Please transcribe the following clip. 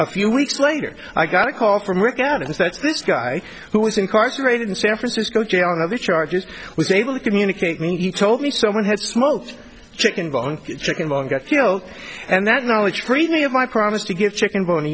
a few weeks later i got a call from work out and that's this guy who was incarcerated in san francisco jail on other charges was able to communicate me he told me someone had smoked chicken bones chicken bone got killed and that knowledge praise me of my promise to give chicken bone t